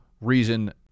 reason